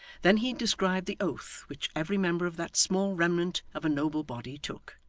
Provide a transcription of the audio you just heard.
then he described the oath which every member of that small remnant of a noble body took,